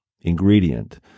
ingredient